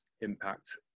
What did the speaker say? impact